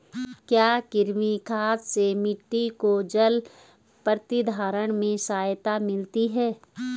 क्या कृमि खाद से मिट्टी को जल प्रतिधारण में सहायता मिलती है?